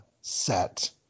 set